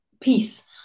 peace